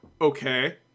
Okay